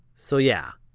so yeah,